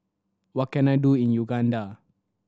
what can I do in Uganda